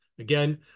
Again